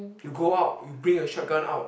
you go out you bring your shot gun out